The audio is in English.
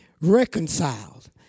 reconciled